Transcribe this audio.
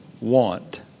want